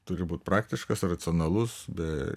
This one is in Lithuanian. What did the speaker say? turi būti praktiškas racionalus bet